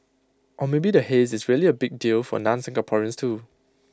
or maybe the haze is really A big deal for non Singaporeans too